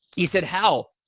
he said, hal,